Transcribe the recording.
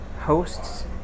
hosts